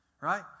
right